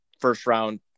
first-round